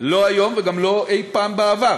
לא היום וגם לא אי-פעם בעבר,